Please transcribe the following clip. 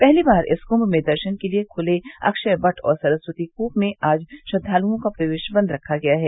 पहली बार इस कुंस में दर्शन के लिए खुले अक्षय वट और सरस्वती कूप में आज श्रद्दालुओं का प्रवेश बंद रखा गया है